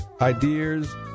ideas